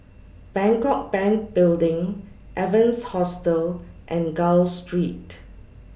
Bangkok Bank Building Evans Hostel and Gul Street